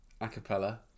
acapella